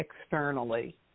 externally